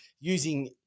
using